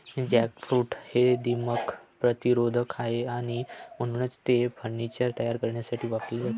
jackfruit हे दीमक प्रतिरोधक आहे आणि म्हणूनच ते फर्निचर तयार करण्यासाठी वापरले जाते